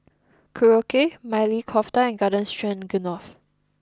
Korokke Maili Kofta and Garden Stroganoff